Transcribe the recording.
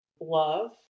love